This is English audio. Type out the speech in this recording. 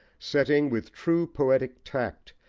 setting, with true poetic tact,